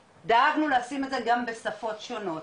דאגנו דם לשים את זה בשפות שונות,